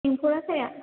एम्फौआ जाया